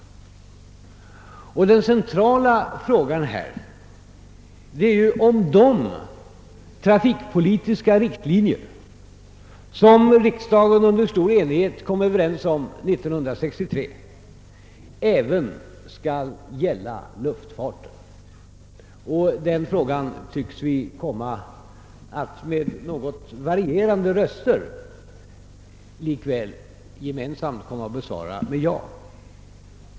Den centrala frågan är ju om de trafikpolitiska riktlinjer, som riksdagen under stor enighet kom överens om 1963, även skall gälla luftfarten, och detta spörsmål tycks vi komma att med något varierande motivering besvara med ja.